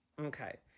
Okay